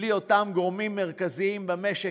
בלי אותם גורמים מרכזיים במשק,